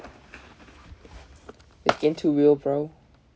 it's getting too real bro